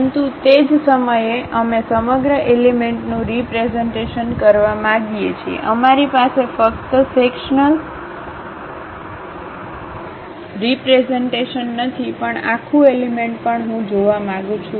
પરંતુ તે જ સમયે અમે સમગ્ર એલિમેન્ટનું રીપ્રેઝન્ટેશન કરવા માંગીએ છીએ અમારી પાસે ફક્ત સેક્શન્લ રીપ્રેઝન્ટેશન નથી પણ આખું એલિમેન્ટ પણ હું જોવા માંગુ છું